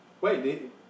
Wait